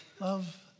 Love